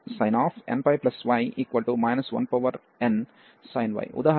ఉదాహరణకు n 1